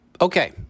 Okay